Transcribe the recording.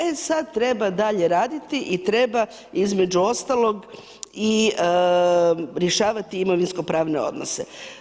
E sad treba dalje raditi i treba između ostalog i rješavati imovinsko pravne odnose.